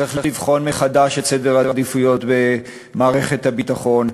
צריך לבחון מחדש את סדר העדיפויות במערכת הביטחון,